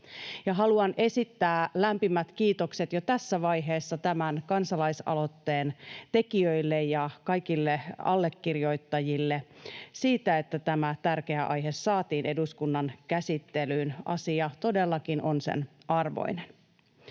Haluan esittää lämpimät kiitokset jo tässä vaiheessa tämän kansalaisaloitteen tekijöille ja kaikille allekirjoittajille siitä, että tämä tärkeä aihe saatiin eduskunnan käsittelyyn. Asia todellakin on sen arvoinen.